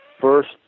first